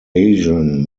asian